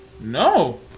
no